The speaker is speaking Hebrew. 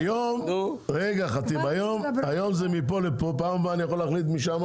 זה לא קשור לתאגידים.